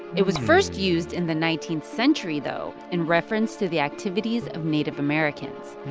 it was first used in the nineteenth century, though, in reference to the activities of native americans.